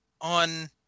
on